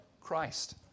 Christ